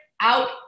out